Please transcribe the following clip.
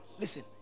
Listen